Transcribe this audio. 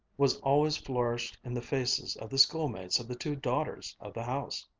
was always flourished in the faces of the schoolmates of the two daughters of the house.